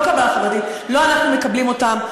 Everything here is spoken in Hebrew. לא קבלה חברתית, לא אנחנו מקבלים אותם.